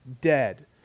dead